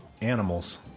animals